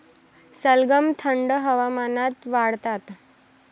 सलगम थंड हवामानात वाढतात